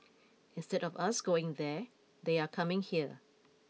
instead of us going there they are coming here